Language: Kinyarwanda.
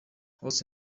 hose